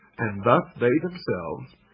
and thus they themselves,